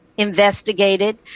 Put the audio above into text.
investigated